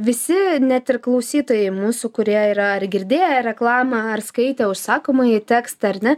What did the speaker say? visi net ir klausytojai mūsų kurie yra ar girdėję reklamą ar skaitę užsakomąjį tekstą ar ne